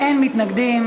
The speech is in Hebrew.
מתנגדים.